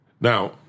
Now